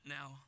now